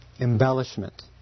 embellishment